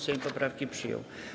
Sejm poprawki przyjął.